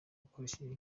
akoresheje